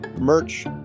merch